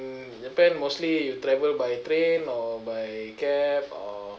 japan mostly you travel by train or by cab or